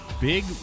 big